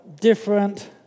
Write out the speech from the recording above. different